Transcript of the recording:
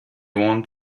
want